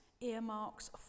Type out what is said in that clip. earmarks